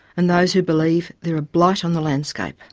and those who believe they're a blight on the landscape.